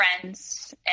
friends